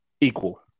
equal